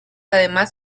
además